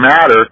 matter